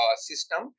system